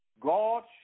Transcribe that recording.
God